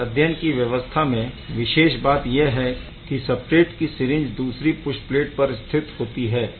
इस अध्ययन की व्यवस्था में विशेष बात यह है की सबस्ट्रेट की सिरिंज दूसरे पुश प्लेट पर स्थित होती है